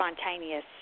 spontaneous